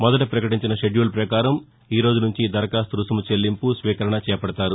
మొదట ప్రకటించిన షెడ్యూల్ ప్రకారం ఈరోజు నుంచి దరఖాస్తు రుసుము చెల్లింపు స్వీకరణ చేపడతారు